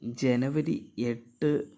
ജനുവരി എട്ട്